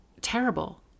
Terrible